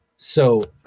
so,